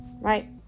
right